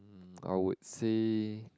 I would say